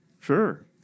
sure